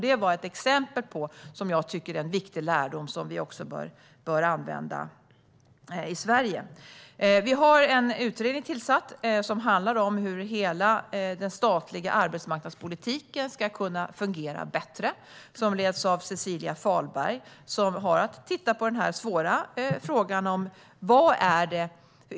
Det är ett exempel på en viktig lärdom som vi bör använda i Sverige. Vi har tillsatt en utredning som handlar om hur hela den statliga arbetsmarknadspolitiken ska kunna fungera bättre. Utredningen leds av Cecilia Fahlberg, som har att titta på denna svåra fråga.